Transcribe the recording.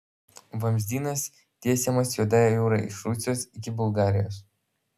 vamzdynas tiesiamas juodąja jūra iš rusijos iki bulgarijos